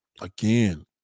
again